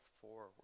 forward